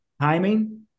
Timing